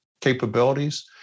capabilities